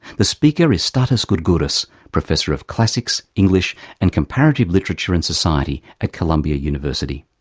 the speaker is stathis gourgouris, professor of classics, english and comparative literature in society at columbia university.